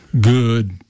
good